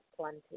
plenty